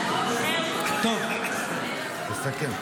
טוב, תסכם.